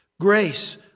Grace